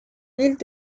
villes